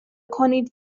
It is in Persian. کنید